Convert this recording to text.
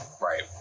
Right